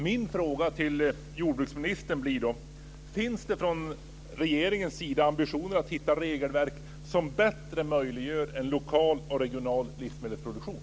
Min fråga till jordbruksministern blir då: Finns det från regeringens sida ambitioner att hitta regelverk som bättre möjliggör en lokal och regional livsmedelsproduktion?